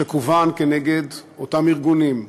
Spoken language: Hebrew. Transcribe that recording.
שכוון נגד אותם ארגונים חשובים,